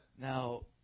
Now